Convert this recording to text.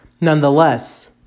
nonetheless